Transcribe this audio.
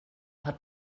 hat